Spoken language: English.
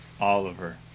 Oliver